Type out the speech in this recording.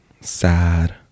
Sad